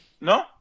No